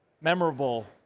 memorable